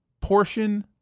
portion